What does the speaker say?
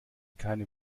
keine